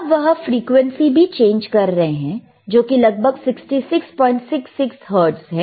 अब वह फ्रीक्वेंसी भी चेंज कर रहे हैं जो कि लगभग 6666 हर्टज है